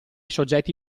soggetti